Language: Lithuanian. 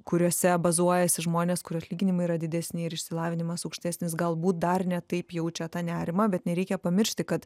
kuriuose bazuojasi žmonės kurių atlyginimai yra didesni ir išsilavinimas aukštesnis galbūt dar ne taip jaučia tą nerimą bet nereikia pamiršti kad